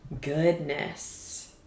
Goodness